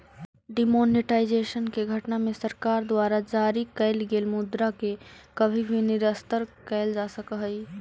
demonetisation के घटना में सरकार द्वारा जारी कैल गेल मुद्रा के कभी भी निरस्त कैल जा सकऽ हई